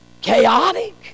chaotic